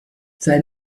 sein